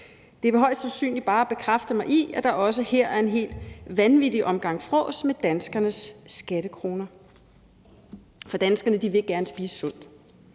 Det vil højst sandsynligt bare bekræfte mig i, at der også her er en helt vanvittig omgang frås med danskernes skattekroner. For danskerne vil gerne spise sundt.